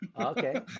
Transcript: okay